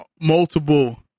multiple